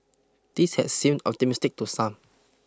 this had seemed optimistic to some